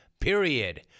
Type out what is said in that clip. period